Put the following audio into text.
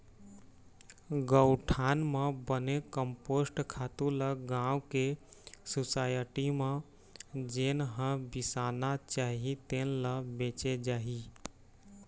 गउठान म बने कम्पोस्ट खातू ल गाँव के सुसायटी म जेन ह बिसाना चाही तेन ल बेचे जाही